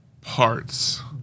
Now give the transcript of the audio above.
parts